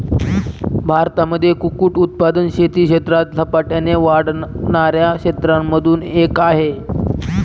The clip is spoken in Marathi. भारतामध्ये कुक्कुट उत्पादन शेती क्षेत्रात झपाट्याने वाढणाऱ्या क्षेत्रांमधून एक आहे